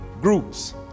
groups